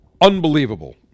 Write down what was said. unbelievable